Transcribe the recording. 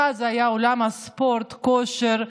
אחד היה על עולם הספורט, הכושר,